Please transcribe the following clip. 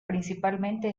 principalmente